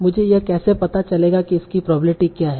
मुझे यह कैसे पता चलेगा इसकी प्रोबेब्लिटी क्या है